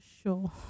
Sure